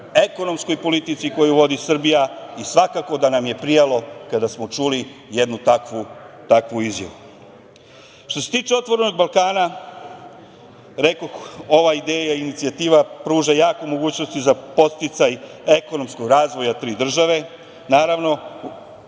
priznanje i politici koje vodi Srbija i svakako da nam je prijalo kada smo čuli jednu takvu izjavu. Što se tiče „Otvorenog Balkana“, rekoh, ova ideja, inicijativa, pruža jaku mogućnost za podsticaj ekonomskog razvoja tri države,